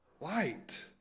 light